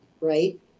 right